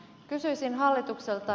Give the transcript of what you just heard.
kysyisin hallitukselta